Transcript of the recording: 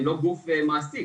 הם לא גוף מעסיק.